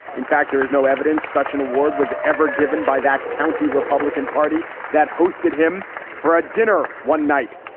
in fact, there is no evidence such an award was ever given by that county republican party that hosted him for a dinner one night.